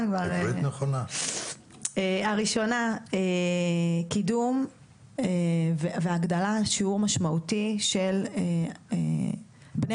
הראשונה קידום והגדלת שיעור משמעותי של בני